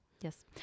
Yes